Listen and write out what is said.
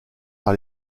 par